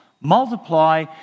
multiply